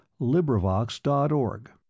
LibriVox.org